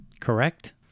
correct